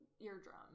eardrum